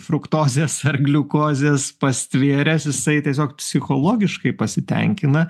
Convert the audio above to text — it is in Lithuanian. fruktozės ar gliukozės pastvėręs jisai tiesiog psichologiškai pasitenkina